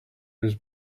was